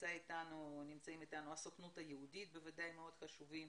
נציגי הסוכנות היהודית שהם מאוד חשובים,